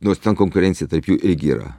nors ten konkurencija tarp jų irgi yra